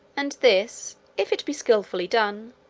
and this, if it be skilfully done,